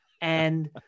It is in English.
And-